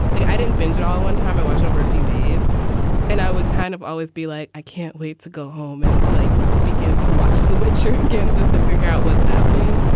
like i didn't binge at all one time. i was over a few days and i would kind of always be like, i can't late to go home and like begin to watch the which again is is to figure out what's happening.